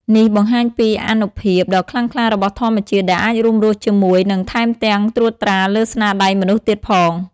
នេះបង្ហាញពី អានុភាពដ៏ខ្លាំងក្លារបស់ធម្មជាតិ ដែលអាចរួមរស់ជាមួយ និងថែមទាំងត្រួតត្រាលើស្នាដៃមនុស្សទៀតផង។